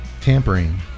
tampering